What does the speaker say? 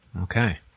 Okay